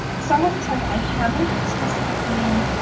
so i have to tell you i haven't specifically